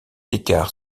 écart